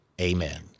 Amen